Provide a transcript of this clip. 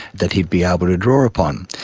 that he'd be able to draw upon.